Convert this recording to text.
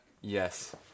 yes